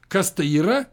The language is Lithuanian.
kas tai yra